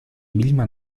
vilma